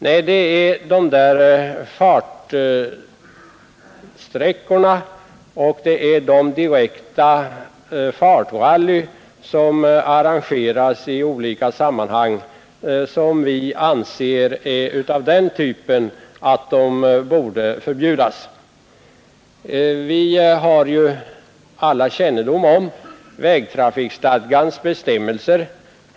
Nej, det är de där fartsträckorna och de direkta fartrallyn som arrangeras i olika sammanhang som vi anser vara av den typen att de borde förbjudas. Vi har väl alla kännedom om vägtrafikstadgans bestämmelser.